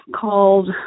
called